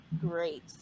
great